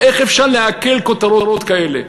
איך אפשר לעכל כותרות כאלה?